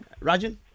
Rajan